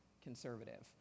conservative